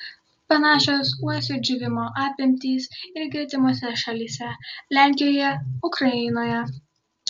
panašios uosių džiūvimo apimtys ir gretimose šalyse lenkijoje ukrainoje